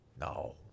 No